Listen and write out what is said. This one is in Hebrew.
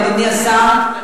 אדוני השר,